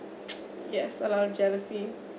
yes a lot of jealousy